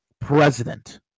president